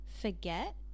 forget